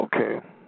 Okay